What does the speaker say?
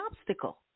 obstacle